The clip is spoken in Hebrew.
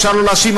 אפשר לא להאשים,